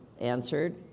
answered